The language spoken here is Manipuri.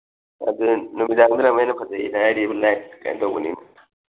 ꯑꯗꯨ ꯅꯨꯃꯤꯗꯥꯡꯗꯅ ꯑꯃꯨꯛꯀ ꯍꯦꯟꯅ ꯐꯖꯩꯌꯦꯅ ꯍꯥꯏꯔꯤꯕ ꯂꯥꯏꯠꯀ ꯇꯧꯕꯅꯤ